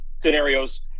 scenarios